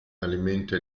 alimenta